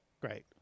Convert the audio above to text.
Great